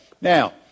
Now